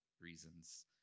reasons